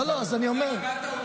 אני עונה.